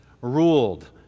ruled